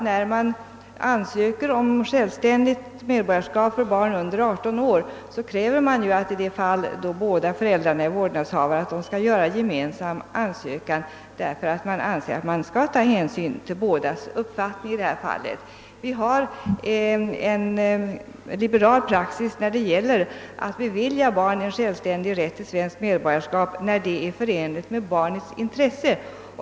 När det gäller självständigt medborgarskap för barn under 18 år kräver man i de fall, där båda föräldrarna är vårdnadshavare, att de skall göra gemensam ansökan, därför att man anser att man skall ta hänsyn till bådas uppfattning. Vi har en liberal praxis när det gäller att bevilja barn en självständig rätt till svenskt medborgarskap, när detta är förenligt med barnets intresse.